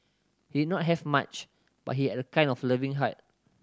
he not have much but he had a kind and loving heart